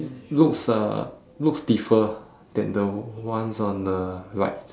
looks uh looks stiffer than the ones on the right